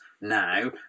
now